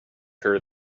her